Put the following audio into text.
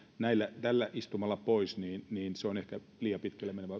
tällä istumalla pois se on ehkä liian pitkälle menevä